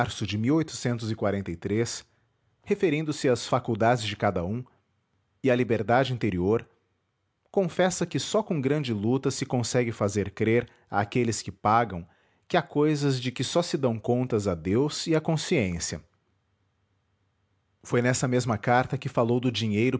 e de março de referindo-se às faculdades de cada um e à liberdade interior confessa que só com grande luta se consegue fazer crer àqueles que pagam que há coisas de que só se dão contas a deus e à consciência foi nessa mesma carta que falou do dinheiro